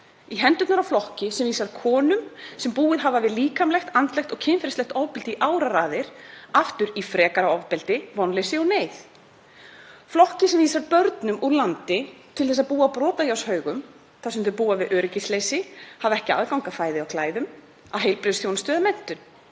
í hendurnar á flokki sem vísar konum sem búið hafa við líkamlegt, andlegt og kynferðislegt ofbeldi í áraraðir, aftur í frekara ofbeldi, vonleysi og neyð. Flokki sem vísar börnum úr landi til þess að búa á brotajárnshaugum þar sem þau búa við öryggisleysi, hafa ekki aðgang að fæði og klæðum, að heilbrigðisþjónustu eða menntun.